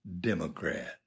Democrat